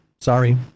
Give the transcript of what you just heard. Sorry